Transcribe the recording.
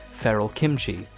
theral kimchi,